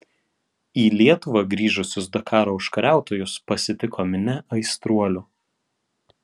į lietuvą grįžusius dakaro užkariautojus pasitiko minia aistruolių